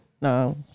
No